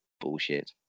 bullshit